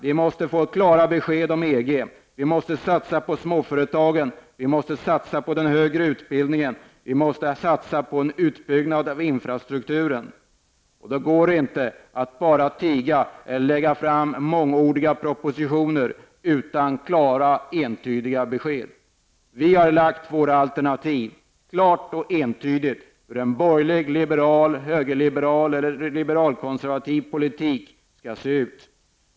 Vi måste få klara besked om EG. Vi måste satsa på småföretagen. Vi måste satsa på den högre utbildningen. Vi måste satsa på en utbyggnad av infrastrukturen. Då går det inte att bara tiga eller lägga fram mångordiga propositioner utan klara, entydiga besked. Vi har lagt fram våra alternativ. Klart och entydigt har vi vissat hur en borgerlig--liberal, högerliberal eller liberalkonservativ poliktik skall se ut.